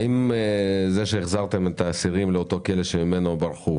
האם זה שהחזרתם את האסירים לאותו כלא ממנו ברחו,